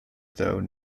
though